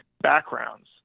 backgrounds